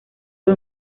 fue